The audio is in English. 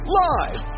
live